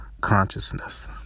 Consciousness